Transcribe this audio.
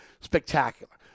spectacular